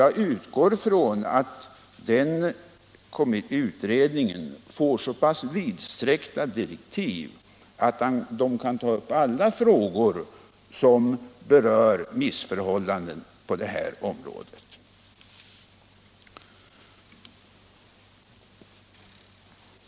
Jag utgår från att den utredningen får så pass vidsträckta direktiv att man kan ta upp alla frågor som berör missförhållanden på det här området.